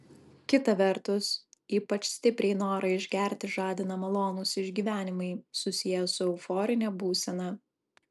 kita vertus ypač stipriai norą išgerti žadina malonūs išgyvenimai susiję su euforine būsena